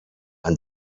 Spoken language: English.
and